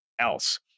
else